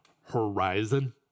Horizon